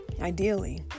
Ideally